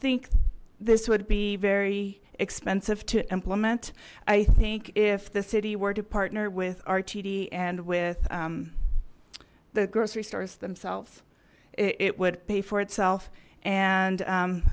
think this would be very expensive to implement i think if the city were to partner with rtd and with the grocery stores themselves it would pay for itself and